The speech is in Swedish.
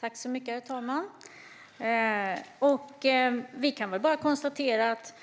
Herr ålderspresident! Vi kan väl bara konstatera att man